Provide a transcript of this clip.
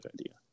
idea